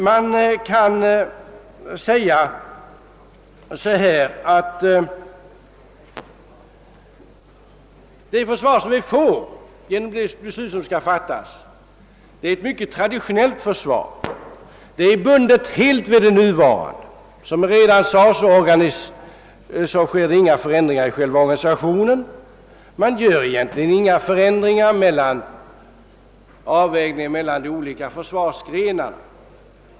Det försvar som vi får genom det beslut som skall fattas är ett mycket traditionellt försvar, helt bundet vid det nuvarande. Som redan nämnts görs inga förändringar i själva organisationen eller vad beträffar avvägningen mellan de olika försvarsgrenarna.